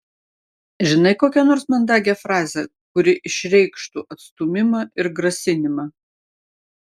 žinai kokią nors mandagią frazę kuri išreikštų atstūmimą ir grasinimą